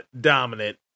dominant